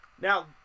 Now